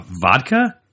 vodka